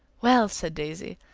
well, said daisy,